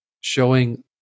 showing